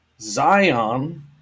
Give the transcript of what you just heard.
zion